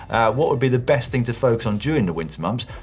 what would be the best thing to focus on during the winter months,